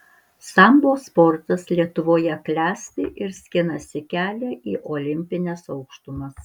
sambo sportas lietuvoje klesti ir skinasi kelią į olimpines aukštumas